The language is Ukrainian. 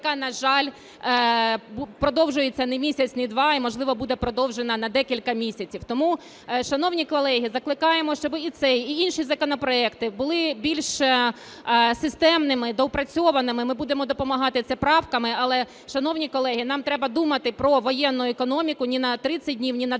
яка, на жаль, продовжується не місяць і не два, і, можливо, буде продовжена на декілька місяців. Тому, шановні колеги, закликаємо, щоб і цей, і інший законопроекти були більш системними, доопрацьованими, ми будемо допомагати це правками. Але, шановні колеги, нам треба думати про воєнну економіку не на 30 днів, не 20